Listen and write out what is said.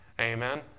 Amen